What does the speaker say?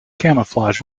camouflage